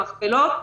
במכפלות,